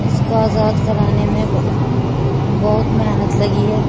اس کو آزاد کرانے میں بہت بہت محنت لگی ہے